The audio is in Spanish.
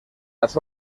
las